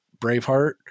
Braveheart